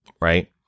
right